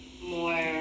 more